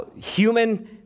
human